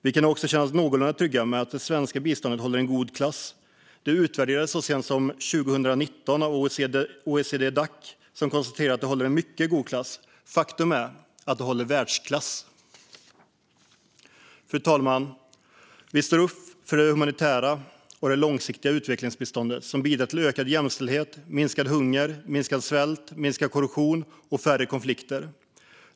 Vi kan också känna oss någorlunda trygga med att det svenska biståndet håller god klass. Det utvärderades så sent som 2019 av OECD-Dac, som konstaterade att det håller mycket god klass. Faktum är att det håller världsklass. Fru talman! Vi står upp för det humanitära och det långsiktiga utvecklingsbiståndet, som bidrar till ökad jämställdhet, minskad hunger, minskad svält, minskad korruption och färre konflikter.